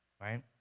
Right